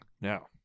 Now